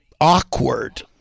awkward